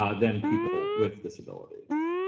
ah than people with disabilities.